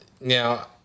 Now